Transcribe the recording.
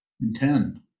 Intend